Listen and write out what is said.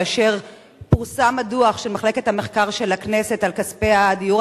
כאשר פורסם הדוח של מחלקת המחקר של הכנסת על כספי הדיור